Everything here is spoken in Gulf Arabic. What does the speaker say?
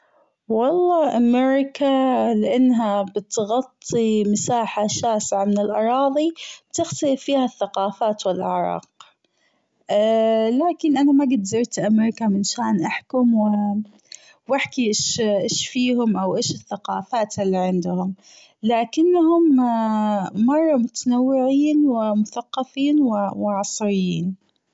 والله أمريكا لأنها بتغطي مساحة شاسعة من الأراضي بتختلف فيها الثقافات والأعراق لكن أنا ما جد زرت أمريكا منشان أحكم و أحكي أيش أيش فيهم أو أيش الثقافات اللي عندهم لكنهم مرة متنوعين ومثقفين وعصريين.